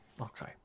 Okay